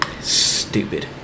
Stupid